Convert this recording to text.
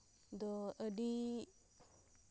ᱫᱚ ᱟᱹᱰᱤ